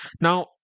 Now